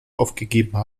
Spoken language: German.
aufgegeben